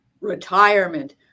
retirement